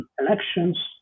elections